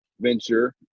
venture